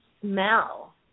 smell